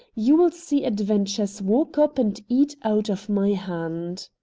you will see adventures walk up and eat out of my hand.